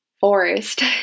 forest